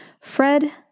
Fred